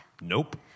Nope